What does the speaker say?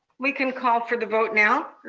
we can call for the vote now.